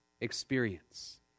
experience